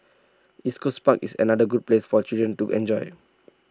East Coast park is another good place for children to enjoy